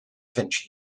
vinci